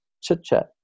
chit-chat